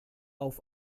auf